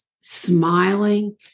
smiling